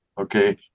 okay